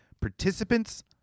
Participants